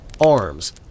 arms